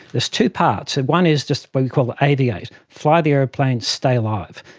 there's two parts, and one is just what we call aviate, fly the aeroplane, stay alive.